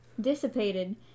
dissipated